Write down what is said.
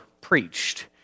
preached